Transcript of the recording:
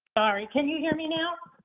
sorry. can you hear me now?